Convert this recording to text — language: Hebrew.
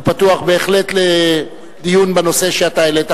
הוא פתוח בהחלט לדיון בנושא שאתה העלית,